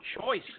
choice